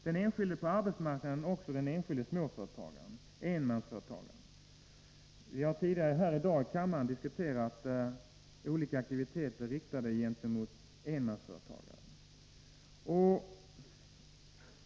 Den enskilde på arbetsmarknaden är också den enskilde småföretagaren, enmansföretagaren. Vi har tidigare i dag i kammaren diskuterat olika aktiviteter, riktade mot enmansföretagare.